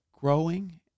growing